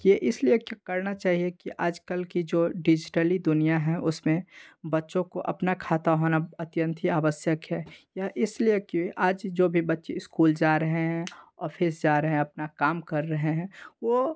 यह इसलिए करना चाहिए कि आजकल की जो डिज़िटली दुनिया है उसमें बच्चों को अपना खाता होना अत्यंत ही आवश्यक है या इसलिए कि आज जो भी बच्चे स्कूल जा रहे हैं ऑफ़िस जा रहे हैं अपना काम कर रहे हैं वह